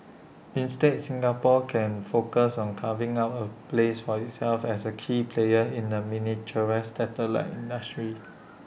instead Singapore can focus on carving out A place for itself as A key player in the miniaturised satellite industry